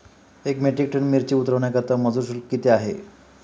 एक metric tonne मिरची उतरवण्याकरता मजूर शुल्क किती आहे?